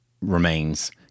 remains